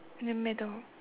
in the middle